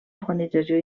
organització